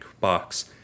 box